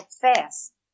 fast